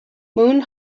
moon